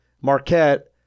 Marquette